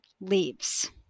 leaves